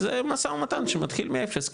זה משא ומתן שמתחיל מאפס,